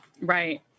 right